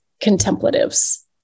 contemplatives